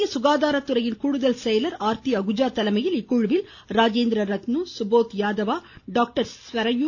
மத்திய சுகாதாரத்துறையின் கூடுதல் செயலர் ஆர்த்தி அகுஜா தலைமையில் இக்குழுவில் ராஜேந்திர ரத்னூ சுபோத் யாதவா டாக்டர் ஸ்வரயூ